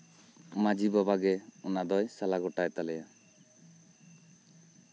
ᱢᱟᱹᱡᱷᱤ ᱵᱟᱵᱟᱜᱮ ᱚᱱᱟ ᱫᱚᱭ ᱥᱟᱞᱟ ᱜᱳᱴᱟᱭ ᱛᱟᱞᱮᱭᱟ